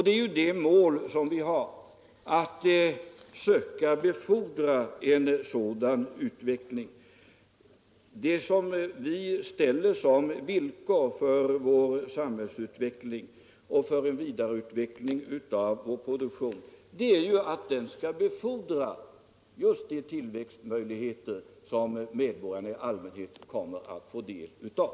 Det som vi ställer som villkor för vår samhällsutveckling och för en vidareutveckling av vår produktion är ju att denna utveckling skall befordra just de tillväxtmöjligheter som medborgarna i allmänhet kommer att få del av.